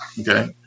okay